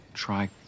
Try